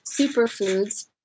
Superfoods